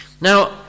Now